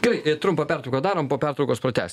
gerai trumpą pertrauką darom po pertraukos pratęsim